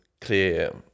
clear